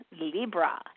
libra